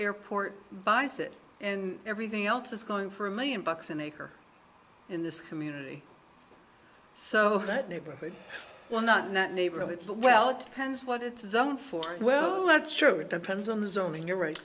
airport buys it and everything else is going for a million bucks an acre in this community so that neighborhood well not in that neighborhood but well it depends what it's done for well that's true it depends on the zoning you're right